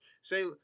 say